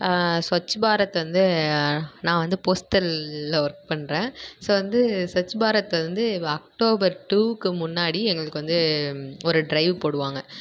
ஸ்வச் பாரத் வந்து நான் வந்து போஸ்ட்டலில் ஒர்க் பண்ணுறேன் ஸோ வந்து ஸ்வச் பாரத் வந்து அக்டோபர் டூ க்கு முன்னாடி எங்களுக்கு வந்து ஒரு ட்ரைவ் போடுவாங்க